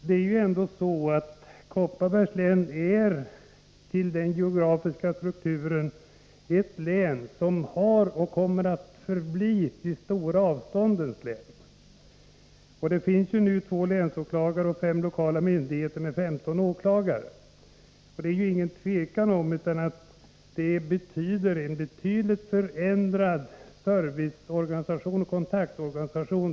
Det är ju ändå så, att Kopparbergs län till den geografiska strukturen har varit — och kommer att förbli — de stora avståndens län. Det finns nu två länsåklagare och fem lokala myndigheter med 15 åklagare. Det råder inget tvivel om att det förslag som nu föreligger innebär en betydligt försämrad serviceoch kontaktorganisation.